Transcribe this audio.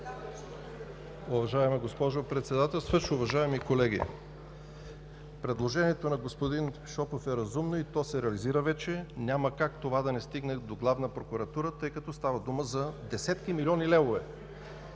Уважаема госпожо Председател, уважаеми колеги! Предложението на господин Шопов е разумно и вече се реализира. Няма как това да не стигне до главна прокуратура, тъй като става дума за десетки милиони левове.